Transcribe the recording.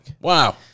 wow